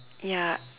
ya